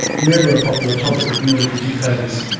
never a popular topic with military dictators.